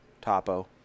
topo